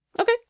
Okay